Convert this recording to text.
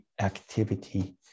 activity